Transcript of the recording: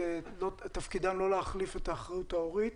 תפקיד התקנות לא להחליף את האחריות ההורית.